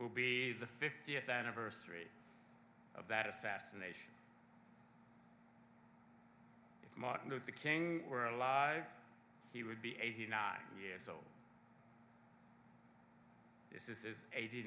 will be the fiftieth anniversary of that assassination of martin luther king were alive he would be eighty nine years old this is eighty